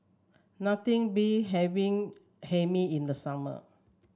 nothing beat having Hae Mee in the summer